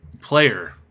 player